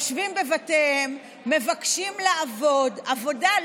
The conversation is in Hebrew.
יושבים בבתיהם ומבקשים לעבוד בעבודה,